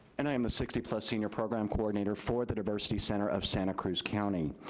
and i am a sixty plus senior program coordinator for the diversity center of santa cruz county.